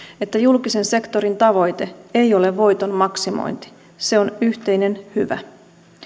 että julkisen sektorin tavoite ei ole voiton maksimointi se on yhteinen hyvä